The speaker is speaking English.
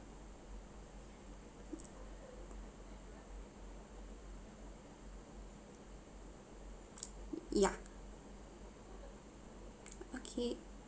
ya okay